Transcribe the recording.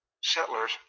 settlers